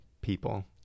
people